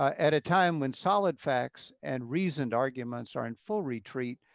at a time when solid facts and reasoned arguments are in full retreat,